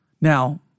now